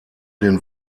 den